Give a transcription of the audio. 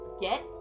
Get